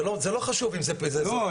זה לא חשוב אם זה פלילי או --- לא,